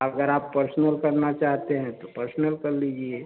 अगर आप पर्सनल करना चाहते हैं तो पर्सनल कर लीजिए